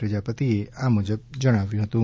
પ્રજાપતિએ આ મુજબ જણાવ્યું હતું